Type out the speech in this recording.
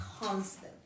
Constant